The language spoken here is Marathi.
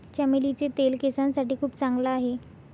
चमेलीचे तेल केसांसाठी खूप चांगला आहे